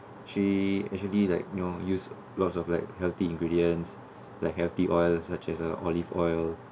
she actually like you know use lots of like healthy ingredients like healthy oil such as a olive oil